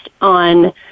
on